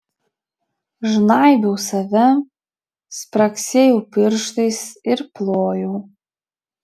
žnaibiau save spragsėjau pirštais ir plojau